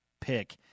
pick